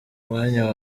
mwanya